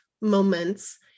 moments